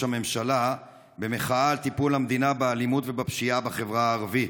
הממשלה במחאה על טיפול המדינה באלימות ובפשיעה בחברה הערבית.